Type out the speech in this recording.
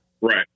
Right